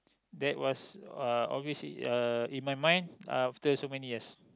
that was uh always uh in my mind after so many years